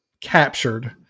captured